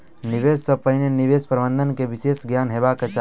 निवेश सॅ पहिने निवेश प्रबंधन के विशेष ज्ञान हेबाक चाही